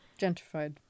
Gentrified